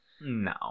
No